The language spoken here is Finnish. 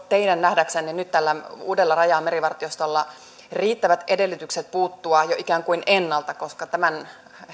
teidän nähdäksenne nyt tällä uudella raja ja merivartiostolla riittävät edellytykset puuttua jo ikään kuin ennalta koska tämän